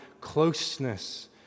closeness